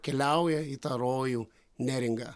keliauja į tą rojų neringą